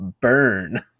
Burn